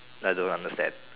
like don't understand